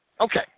Okay